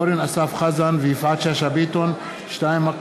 אורן אסף חזן ויפעת שאשא ביטון, ב.